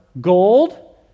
gold